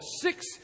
six